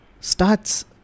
starts